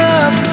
up